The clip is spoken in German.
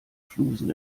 flusen